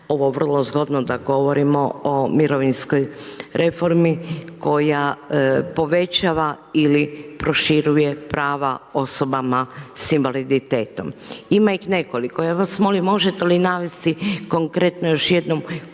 vrlo zgodno da govorimo o mirovinskoj reformi, koja povećava ili proširuje prava osoba s invaliditetom. Ima ih nekoliko, ja vas molim, možete li navesti, konkretno još jednom, koja